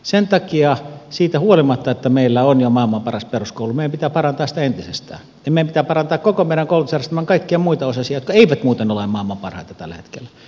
sen takia siitä huolimatta että meillä on jo maailman paras peruskoulu meidän pitää parantaa sitä entisestään ja meidän pitää parantaa koko meidän koulutusjärjestelmämme kaikkia muita osasia jotka eivät muuten ole maailman parhaita tällä hetkellä